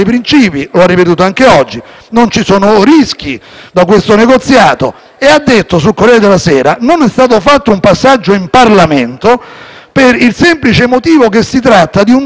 «Non è stato fatto un passaggio in Parlamento per il semplice motivo che si tratta di un testo che non costituisce un accordo internazionale e che non crea obblighi giuridici». Quindi non si sa che cosa